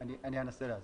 אני אנסה להסביר.